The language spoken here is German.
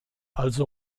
also